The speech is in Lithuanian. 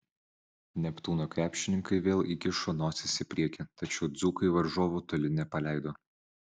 neptūno krepšininkai vėl iškišo nosis į priekį tačiau dzūkai varžovų toli nepaleido